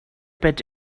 pet